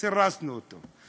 סירסנו אותו,